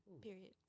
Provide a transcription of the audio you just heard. period